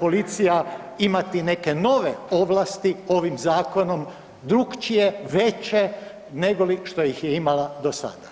policija imati neke nove ovlasti ovim zakonom drukčije, veće nego li što ih je imala do sada?